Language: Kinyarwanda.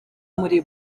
muri